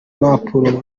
mpapuro